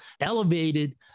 elevated